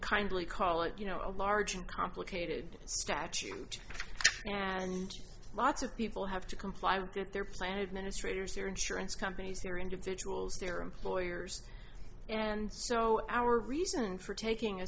kindly call it you know a large and complicated statute and lots of people have to comply with their plan administrator is there insurance companies they're individuals their employers and so our reason for taking a